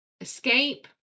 escape